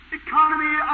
economy